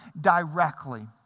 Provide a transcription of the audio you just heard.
directly